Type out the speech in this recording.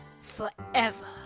forever